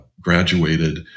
graduated